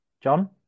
John